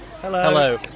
Hello